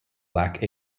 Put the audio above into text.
lack